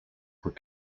were